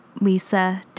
Lisa